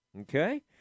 Okay